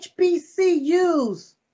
HBCUs